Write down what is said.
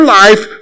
life